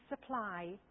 supply